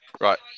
Right